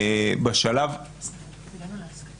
בפני החוקרים